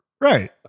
Right